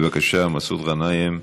בבקשה, מסעוד גנאים,